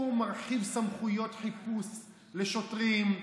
הוא מרחיב סמכויות חיפוש לשוטרים,